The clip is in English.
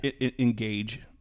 engage